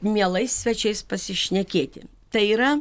mielais svečiais pasišnekėti tai yra